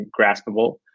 graspable